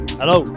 hello